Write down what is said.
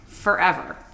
forever